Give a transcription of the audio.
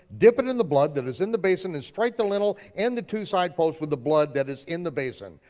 dip it in the blood that is in the basin and strike the lintel and the two side posts with the blood that is in the basin.